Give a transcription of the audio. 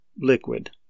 liquid